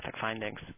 findings